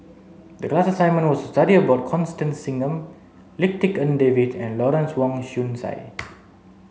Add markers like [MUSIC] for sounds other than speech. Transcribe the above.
the class assignment was to study about Constance Singam Lim Tik En David and Lawrence Wong Shyun Tsai [NOISE]